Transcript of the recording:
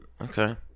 okay